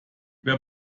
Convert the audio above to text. wer